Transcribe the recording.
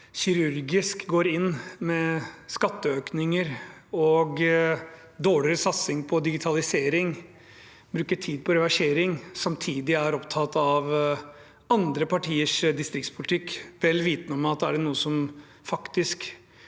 kirurgisk går inn med skatteøkninger og dårligere satsing på digitalisering og bruker tid på reversering, samtidig er opptatt av andre partiers distriktspolitikk, vel vitende om at er det noe som faktisk